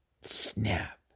Snap